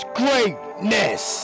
greatness